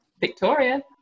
Victoria